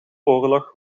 oorlog